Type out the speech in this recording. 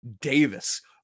Davis